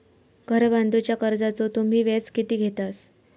घर बांधूच्या कर्जाचो तुम्ही व्याज किती घेतास?